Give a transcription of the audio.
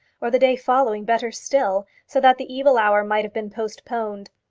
or the day following better still, so that the evil hour might have been postponed.